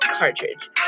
cartridge